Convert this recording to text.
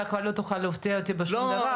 אתה כבר לא תוכל להפתיע אותי בשום דבר.